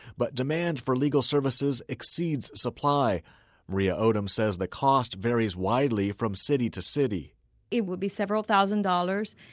but demand for legal services exceeds supply maria odom says the cost varies widely from city to city it will be several thousand dollars.